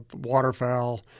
waterfowl